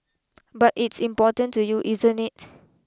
but it's important to you isn't it